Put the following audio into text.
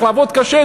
צריך לעבוד קשה,